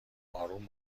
آروم